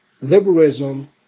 liberalism